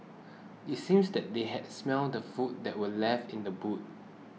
it seems that they had smelt the food that were left in the boot